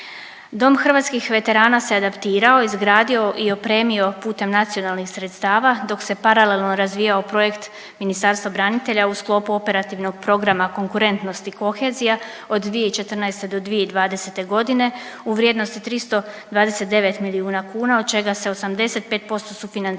Dom hrvatskih veterana se adaptirao, izgradio i opremio putem nacionalnih sredstava dok se paralelno razvijao projekt Ministarstva branitelja u sklopu operativnog programa konkurentnost i kohezija od 2014. do 2020. godine u vrijednosti 329 milijuna kuna od čega se 85% sufinanciralo